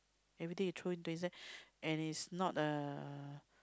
everything you throw into inside and is not a